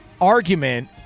argument